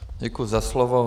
Děkuji za slovo.